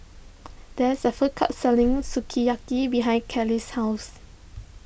there is a food court selling Sukiyaki behind Kayley's house